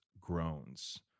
groans